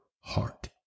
heart